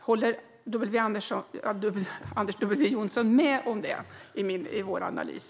Håller Anders W Jonsson med om den delen av vår analys?